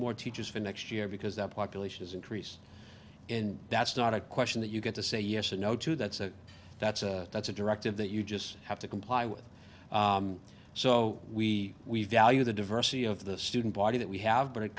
more teachers for next year because that population is increase in that's not a question that you get to say yes or no to that's a that's a that's a directive that you just have to comply with so we we value the diversity of the student body that we have b